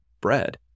bread